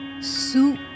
Soup